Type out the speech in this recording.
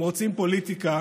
הם רוצים פוליטיקה